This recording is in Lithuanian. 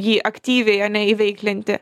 jį aktyviai ane įveiklinti